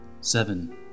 Seven